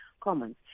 Commons